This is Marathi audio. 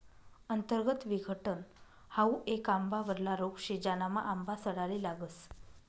अंतर्गत विघटन हाउ येक आंबावरला रोग शे, ज्यानामा आंबा सडाले लागस